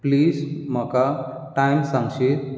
please म्हाका time सांगशीं